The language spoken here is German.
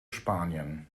spanien